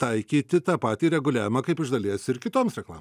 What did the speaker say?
taikyti tą patį reguliavimą kaip iš dalies ir kitoms reklamom